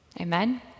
Amen